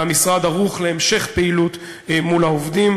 והמשרד ערוך להמשך פעילות מול העובדים.